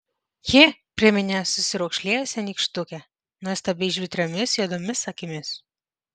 ji priminė susiraukšlėjusią nykštukę nuostabiai žvitriomis juodomis akimis